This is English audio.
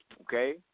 Okay